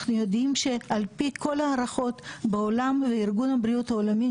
אנחנו יודעים שעל פי כל הערכות בעולם וארגון הבריאות העולמי